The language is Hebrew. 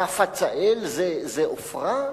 מה, פצאל זה עופרה?